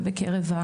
ובקרב,